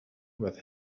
with